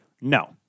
no